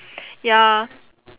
ya